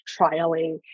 trialing